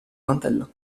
mantello